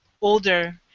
older